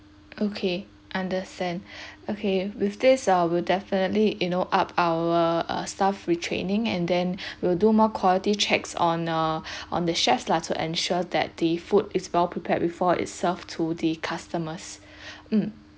okay understand okay with this ah we will definitely you know up our uh staff retraining and then we'll do more quality checks on uh on the chefs lah to ensure that the food is well prepared before it serve to the customers mm